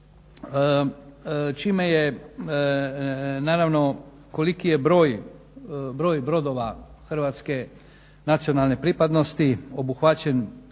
čime je naravno, koliki je broj brodova hrvatske nacionalne pripadnosti obuhvaćen